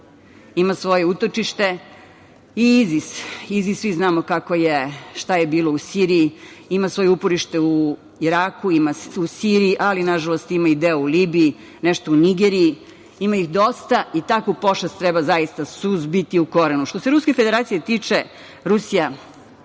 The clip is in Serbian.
ima svoje utočište. I IZIS, IZIS svi znamo kako je, šta je bilo u Siriji, ima svoje uporište u Iraku, ima u Siriji, ali nažalost ima i deo u Libiji, nešto u Nigeriji, ima ih dosta, i takvu pošast treba zaista suzbiti u korenu. Što se Ruske Federacije tiče, Rusija,